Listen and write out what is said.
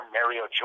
Mario